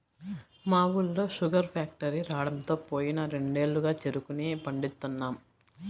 మా ఊళ్ళో sugar factory రాడంతో పోయిన రెండేళ్లుగా చెరుకునే పండిత్తన్నాం